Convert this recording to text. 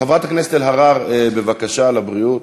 חברת הכנסת אלהרר, בבקשה, לבריאות.